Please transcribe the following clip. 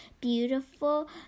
beautiful